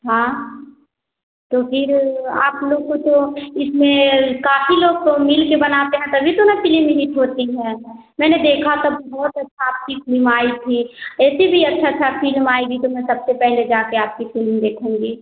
हाँ तो फिर आप लोग को तो इसमें काफ़ी लोग तो मिल के बनाते हैं तभी तो न फिलिम हिट होती है मैंने देखा सब बहुत अच्छा आपकी फिलिम आई थी ऐसी भी अच्छा अच्छा फिलिम आएगी तो मैं सबसे पहले जा कर आपकी फिलिम देखूँगी